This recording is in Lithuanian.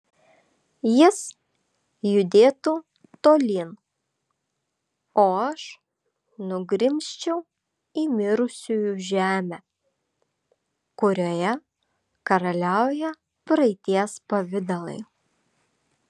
jis judėtų tolyn o aš nugrimzčiau į mirusiųjų žemę kurioje karaliauja praeities pavidalai